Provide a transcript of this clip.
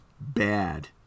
bad